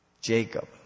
Jacob